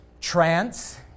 trance